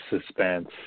suspense